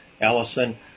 Allison